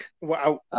Wow